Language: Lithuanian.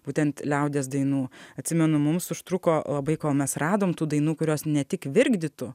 būtent liaudies dainų atsimenu mums užtruko labai kol mes radom tų dainų kurios ne tik virkdytų